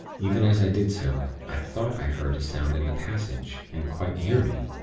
even as i did so, i thought i heard a sound in the passage, and quite near me.